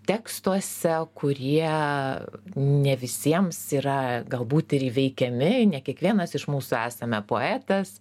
tekstuose kurie ne visiems yra galbūt ir įveikiami ne kiekvienas iš mūsų esame poetas